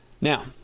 Now